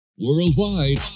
Worldwide